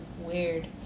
weird